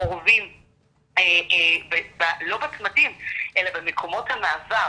אורבים לא בצמתים אלא במקומות המעבר.